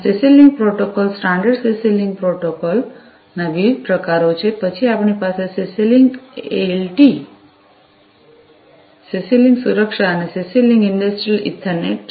આ CC link protocol standard CC link પ્રોટોકોલના વિવિધ પ્રકારો છે પછી આપણી પાસે CC link LT CC link સુરક્ષા અને સીસી લિંક ઇંડસ્ટ્રિયલ ઇથરનેટ છે